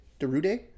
Derude